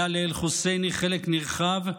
היה לאל-חוסייני חלק נרחב,